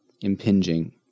impinging